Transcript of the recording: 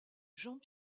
joseph